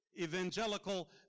evangelical